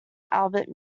albert